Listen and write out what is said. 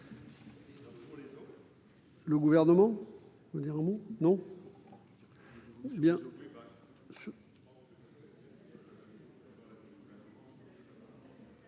du Gouvernement ?